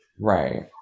Right